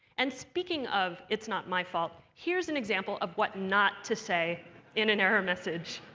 and speaking of it's not my fault, here's an example of what not to say in an error message.